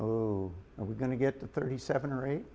who are we going to get to thirty seven or eight